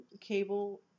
cable